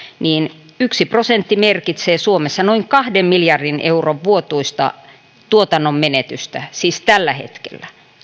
niin yksi prosentti merkitsee suomessa noin kahden miljardin euron vuotuista tuotannon menetystä siis tällä hetkellä